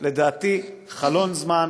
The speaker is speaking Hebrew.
לדעתי יש לנו חלון זמן.